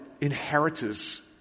inheritors